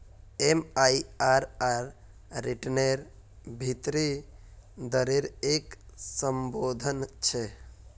MIRR रिटर्नेर भीतरी दरेर एक संशोधन छे